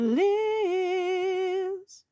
lives